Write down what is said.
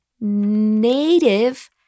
native